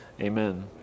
Amen